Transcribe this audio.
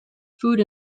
food